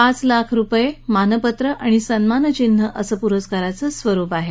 पाच लाख रुपये मानपत्र आणि सन्मानचिन्ह असं या पुरस्कारांचं स्वरूप आहे